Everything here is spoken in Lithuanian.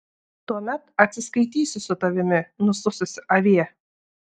tuomet atsiskaitysiu su tavimi nusususi avie